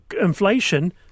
inflation